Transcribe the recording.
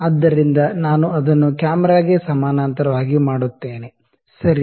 ಆದ್ದರಿಂದ ನಾನು ಅದನ್ನು ಕ್ಯಾಮೆರಾಗೆ ಸಮಾನಾಂತರವಾಗಿ ಮಾಡುತ್ತೇನೆ ಸರಿ